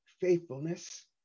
faithfulness